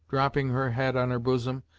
dropping her head on her bosom,